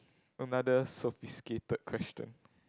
another sophisticated question